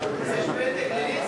יש פתק לליצמן?